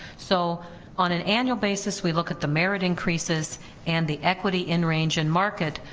so on an annual basis we look at the merit increases and the equity in range and market,